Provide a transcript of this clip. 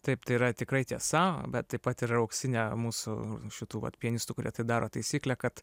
taip tai yra tikrai tiesa bet taip pat ir yra auksinė mūsų šitų vat pianistų kurie tai daro taisyklė kad